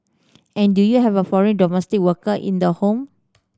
and do you have a foreign domestic worker in the home